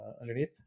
Underneath